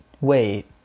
Wait